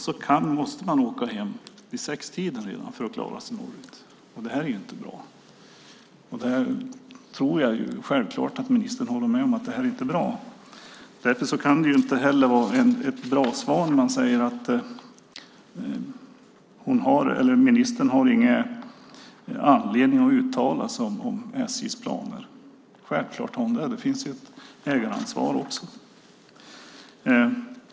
Då måste de åka hem redan vid 18-tiden för att ta sig norrut. Det här är inte bra. Jag tror självklart att ministern håller med om att det här inte är bra. Därför kan det inte heller vara ett bra svar när ministern säger att hon inte har någon anledning att uttala sig om SJ:s planer. Självklart har hon det. Det finns också ett ägaransvar.